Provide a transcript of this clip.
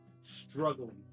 struggling